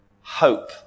hope